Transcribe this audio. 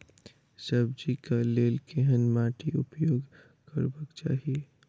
सब्जी कऽ लेल केहन माटि उपयोग करबाक चाहि?